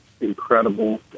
incredible